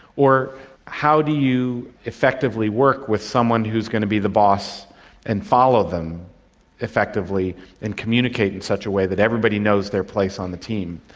or how do you effectively work with someone who is going to be the boss and follow them effectively and communicate in such a way that everybody knows their place on the team?